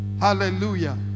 Hallelujah